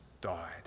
died